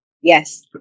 Yes